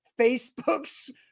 Facebook's